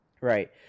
Right